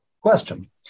question